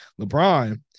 LeBron